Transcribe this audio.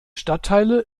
stadtteile